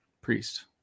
priest